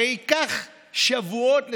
הרי ייקח שבועות לתקן.